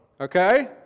Okay